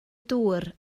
dŵr